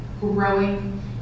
growing